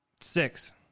Six